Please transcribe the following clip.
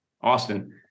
Austin